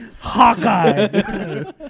Hawkeye